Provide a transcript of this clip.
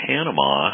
Panama